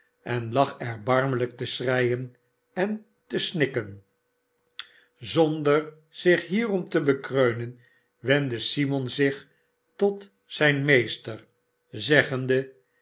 en lag erbarmelijk te schreien en te snikken zonder zich hierom te bekreunen wendde simon zich tot zijn tneester zeggende